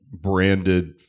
branded